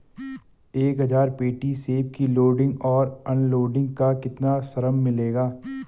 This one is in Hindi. एक हज़ार पेटी सेब की लोडिंग और अनलोडिंग का कितना श्रम मिलेगा?